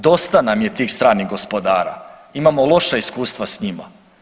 Dosta nam je tih stranih gospodara, imamo loša iskustva s njima.